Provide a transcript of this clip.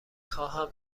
خواهم